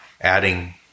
adding